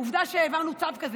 עובדה שהעברנו צו כזה,